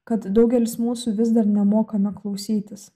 kad daugelis mūsų vis dar nemokame klausytis